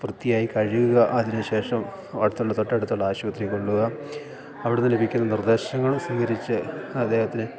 വൃത്തിയായി കഴുകുക അതിനുശേഷം അടുത്തുള്ള തൊട്ടടുത്തുള്ള ആശുപത്രിയിൽ കൊണ്ടുപോവുക അവിടെ നിന്ന് ലഭിക്കുന്ന നിർദ്ദേശങ്ങൾ സ്വീകരിച്ച് അദ്ദേഹത്തിന്